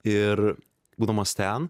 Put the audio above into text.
ir būdamas ten